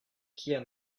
kia